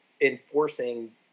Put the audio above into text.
enforcing